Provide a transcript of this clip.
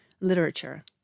literature